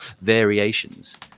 variations